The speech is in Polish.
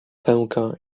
pęka